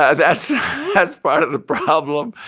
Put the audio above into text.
ah that's part of the problem,